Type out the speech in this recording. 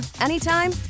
anytime